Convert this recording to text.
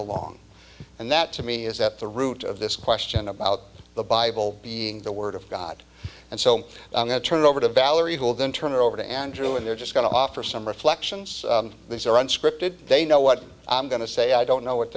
along and that to me is at the root of this question about the bible being the word of god and so i'm going to turn it over to valerie hold and turn it over to andrew and they're just going to offer some reflections these are unscripted they know what i'm going to say i don't know what